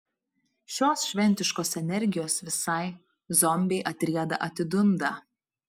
šios šventiškos energijos visai zombiai atrieda atidunda